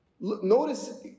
notice